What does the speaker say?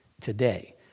today